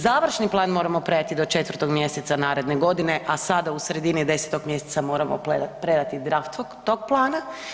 Završni plan moramo predati do 4 mjeseca naredne godine, a sada u sredini 10 mjeseca moramo predati Draft Vog tog plana.